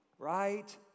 Right